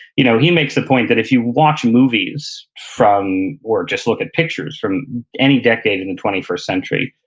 you know he makes the point that if you watch movies from, or just look at pictures from any decade and in the twenty first century,